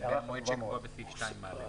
לגבי המועד שקבוע בסעיף 2(א).